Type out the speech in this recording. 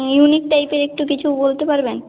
unique টাইপের একটু কিছু বলতে পারবেন